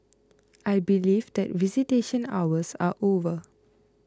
I believe that visitation hours are over